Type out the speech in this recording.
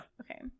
Okay